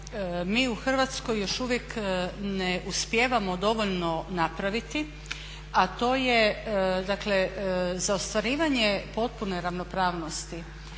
mi u Hrvatskoj još ne uspijevamo dovoljno napraviti, a to je dakle za ostvarivanje potpune ravnopravnosti